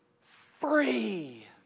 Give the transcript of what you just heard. free